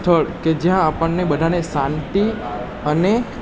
સ્થળ કે જ્યાં આપણને બધાને શાંતિ અને